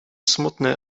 smutny